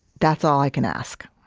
that's all i can ask